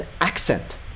accent